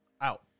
out